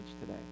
today